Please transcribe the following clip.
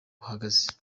buhagaze